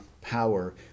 power